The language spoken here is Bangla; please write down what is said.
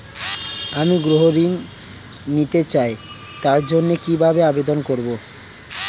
আমি গৃহ ঋণ নিতে চাই তার জন্য কিভাবে আবেদন করব?